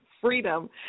freedom